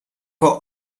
vor